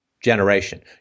generation